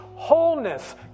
wholeness